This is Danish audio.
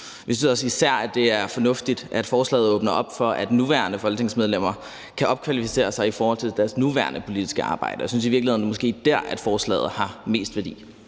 Vi synes især, det er fornuftigt, at forslaget åbner op for, at nuværende folketingsmedlemmer kan opkvalificere sig i forhold til deres nuværende politiske arbejde, og vi synes i virkeligheden, at det måske er der, forslaget har mest værdi.